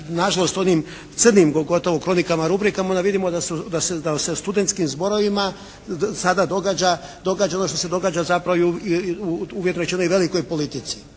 na žalost u onim crnim gotovo kronikama, rubrikama, onda vidimo da se u studentskim zborovima sada događa ono što se događa zapravo i u uvjetno rečeno i velikoj politici.